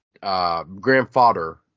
grandfather